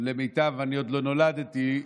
אני עוד לא נולדתי,